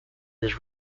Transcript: his